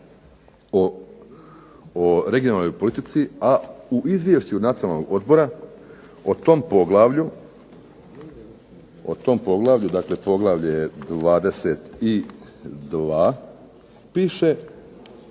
o regionalnoj politici a u Izvješću Nacionalnog odbora o tom poglavlju dakle, poglavlje 22. piše